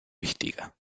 wichtiger